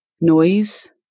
noise